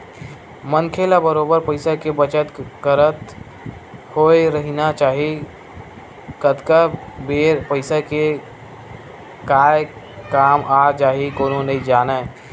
मनखे ल बरोबर पइसा के बचत करत होय रहिना चाही कतका बेर पइसा के काय काम आ जाही कोनो नइ जानय